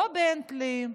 לא בנטלי,